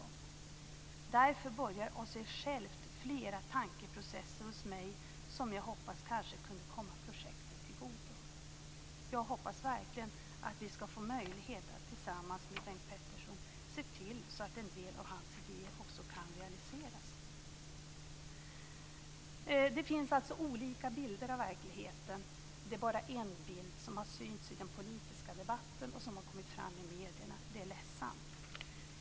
Därför börjar av sig självt flera tankeprocesser hos mig, som jag hoppas kanske kunde komma projektet tillgodo." Jag hoppas verkligen att vi skall få möjlighet att tillsammans med Bengt Peterson se till så att en del av hans idéer också kan realiseras. Det finns alltså olika bilder av verkligheten. Det är bara en bild som har synts i den politiska debatten och som har kommit fram i medierna. Det är ledsamt.